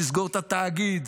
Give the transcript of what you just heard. לסגור את התאגיד,